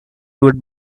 would